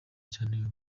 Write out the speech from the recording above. cyane